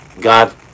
God